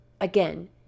again